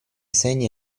segni